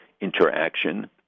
interaction